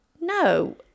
no